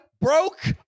broke